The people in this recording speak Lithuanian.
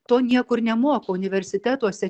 to niekur nemoko universitetuose